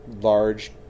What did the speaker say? large